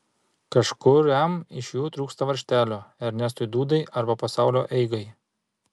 kažkuriam iš jų trūksta varžtelio ernestui dūdai arba pasaulio eigai